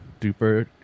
duper